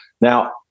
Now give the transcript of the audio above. Now